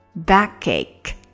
Backache